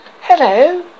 Hello